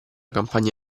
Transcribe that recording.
campagna